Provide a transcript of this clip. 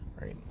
right